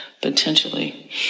potentially